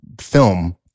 film